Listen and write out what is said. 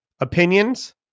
opinions